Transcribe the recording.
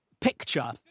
picture